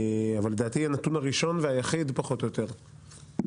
אבל לדעתי הנתון הראשון והיחיד פחות או יותר,